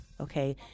Okay